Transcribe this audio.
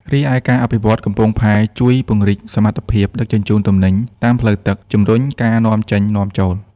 រីឯការអភិវឌ្ឍន៍កំពង់ផែជួយពង្រីកសមត្ថភាពដឹកជញ្ជូនទំនិញតាមផ្លូវទឹក ជំរុញការនាំចេញនាំចូល។